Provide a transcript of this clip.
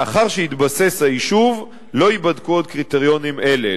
לאחר שהתבסס היישוב לא ייבדקו עוד קריטריונים אלו.